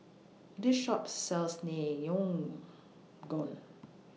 This Shop sells